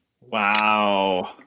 Wow